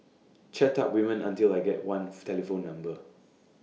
chat up women until I get one telephone number